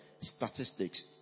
statistics